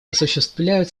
осуществляют